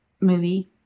movie